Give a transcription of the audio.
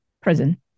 prison